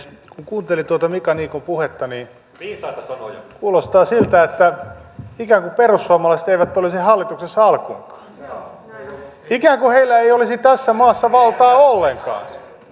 kun kuuntelin tuota mika niikon puhetta niin kuulostaa siltä että ikään kuin perussuomalaiset eivät olisi hallituksessa alkuunkaan ikään kuin heillä ei olisi tässä maassa valtaa ollenkaan